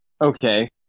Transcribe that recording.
okay